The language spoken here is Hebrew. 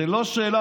זאת לא שאלה,